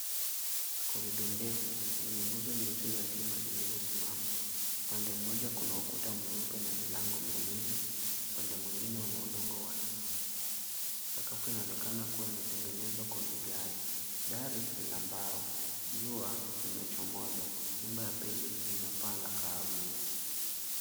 Corridor ndefu yenye nguzo nyeusi za chuma zilizosimama. Upande mmoja kuna ukuta mweupe na milango miwili, upande mwingine una udongo wa red . Sakafu inaonekana kuwa imetengenezwa kwa vigae. Dari ina mbao. Jua limechomoza. Nyumba ya pili ina paa la kahawia.